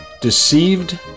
Deceived